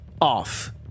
off